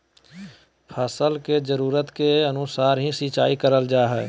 फसल के जरुरत के अनुसार ही सिंचाई करल जा हय